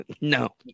No